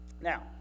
Now